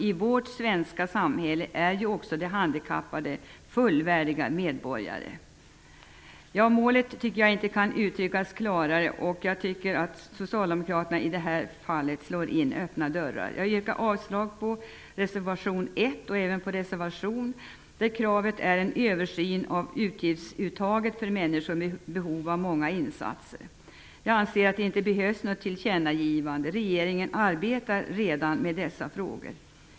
I vårt svenska samhälle är ju också de handikappade fullvärdiga medborgare. Jag tycker inte att målet kan uttryckas klarare, och jag anser att socialdemokraterna i det här fallet slår in öppna dörrar. Jag yrkar avslag på reservation 1 och även på reservation 2, där kravet är en översyn av avgiftsuttaget för människor med behov av många insatser. Jag anser att något tillkännagivande inte behövs; regeringen arbetar redan med dessa frågor.